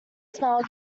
smile